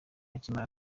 akimara